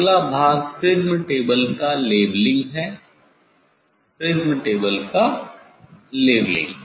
अगला भाग prism table का लेवलिंग है प्रिज्म टेबल का लेवलिंग